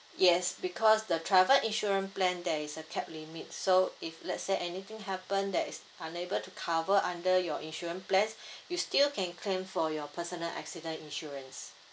yes because the travel insurance plan there is a cap limit so if let's say anything happen that is unable to cover under your insurance plans you still can claim for your personal accident insurance